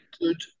good